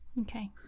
okay